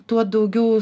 tuo daugiau